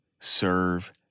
serve